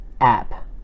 app